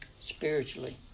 spiritually